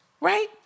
Right